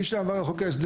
מי שעבר על חוק ההסדרים,